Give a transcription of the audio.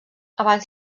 abans